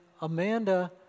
Amanda